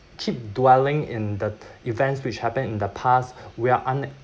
keep dwelling in the events which happened in the past we are un~